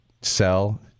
sell